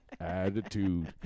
attitude